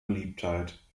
beliebtheit